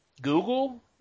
Google